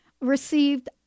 received